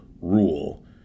rule